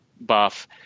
buff